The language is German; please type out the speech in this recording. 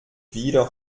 wieder